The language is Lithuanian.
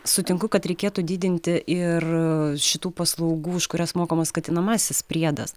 sutinku kad reikėtų didinti ir šitų paslaugų už kurias mokamas skatinamasis priedas